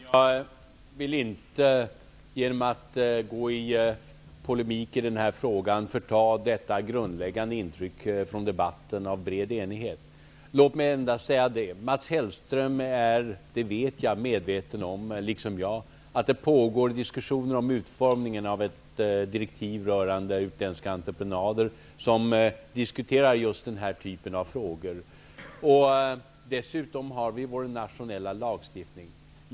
Herr talman! Jag vill inte genom att gå i polemik i den här frågan förta det grundläggande intrycket av en bred enighet i debatten. Mats Hellström är liksom jag, det vet jag, medveten om att diskussioner pågår om utformningen av ett direktiv rörande utländska entreprenader som gäller just den här typen av frågor. Dessutom har vi vår nationella lagstiftning.